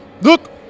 look